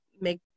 make